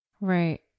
Right